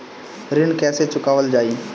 ऋण कैसे चुकावल जाई?